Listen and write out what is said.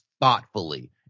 thoughtfully